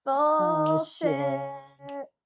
Bullshit